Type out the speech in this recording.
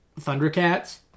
Thundercats